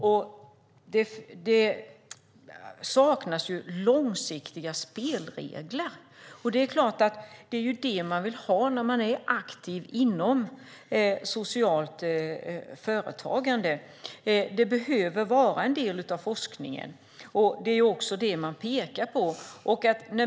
Det saknas långsiktiga spelregler. Det är ju det man vill ha när man är aktiv inom socialt företagande. Det behöver vara en del av forskningen, och det är också det man pekar på.